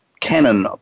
Canon